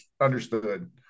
Understood